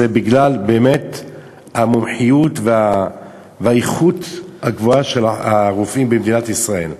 זה בגלל באמת המומחיות והאיכות הגבוהה של הרופאים במדינת ישראל.